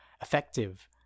effective